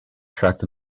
tract